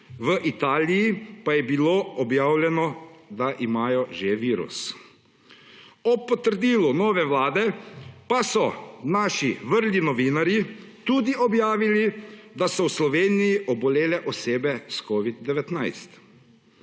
v Italiji pa je bilo objavljeno, da imajo že virus. Ob potrdilu nove vlade pa so naši vrli novinarji tudi objavili, da so v Sloveniji obolele osebe s covidom-19.